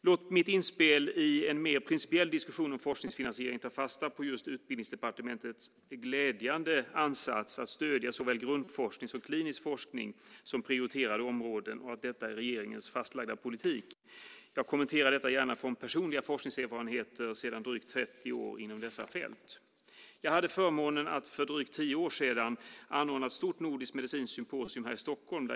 Låt mitt inspel i en mer principiell diskussion om forskningsfinansiering ta fasta på just Utbildningsdepartementets glädjande ansats att stödja såväl grundforskning som klinisk forskning som prioriterade områden och att det är regeringens fastlagda politik. Jag kommenterar gärna detta utifrån personliga forskningserfarenheter inom dessa fält under drygt 30 år. Jag hade förmånen att för drygt tio år sedan anordna ett stort nordiskt medicinskt symposium i Stockholm.